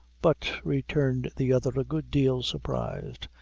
but, returned the other, a good deal surprised,